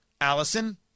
Allison